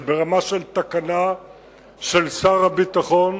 זה ברמה של תקנה של שר הביטחון.